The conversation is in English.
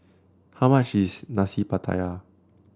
how much is Nasi Pattaya